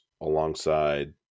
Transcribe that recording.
alongside